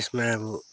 यसमा अब